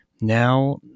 now